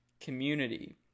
community